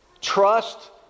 Trust